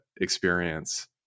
experience